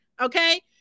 okay